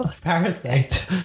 Parasite